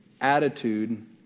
attitude